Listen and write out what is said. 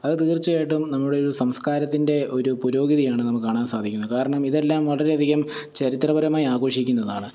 അത് തീർച്ചയായിട്ടും നമ്മുടെ ഒരു സംസ്കാരത്തിൻ്റെ ഒരു പുരോഗതിയാണ് നമുക്ക് കാണാൻ സാധിക്കുന്നത് കാരണം ഇതെല്ലാം വളരെയധികം ചരിത്രപരമായി ആഘോഷിക്കുന്നതാണ്